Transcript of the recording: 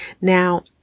Now